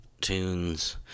tunes